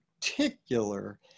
particular